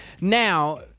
Now